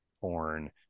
porn